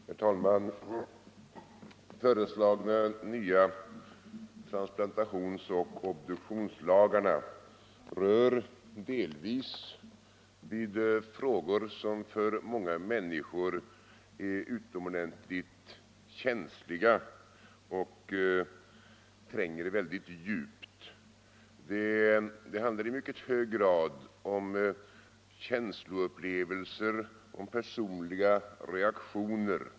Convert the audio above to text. Herr talman! De föreslagna nya transplantationsoch obduktionslagarna rör delvis vid frågor som för många människor är utomordentligt känsliga och tränger väldigt djupt. Det handlar i mycket hög grad om känsloupplevelser och om personliga reaktioner.